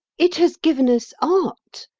it has given us art,